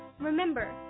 Remember